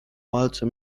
walce